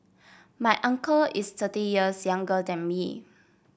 my uncle is thirty years younger than me